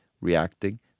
reacting